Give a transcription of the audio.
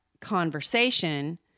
conversation